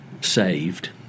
saved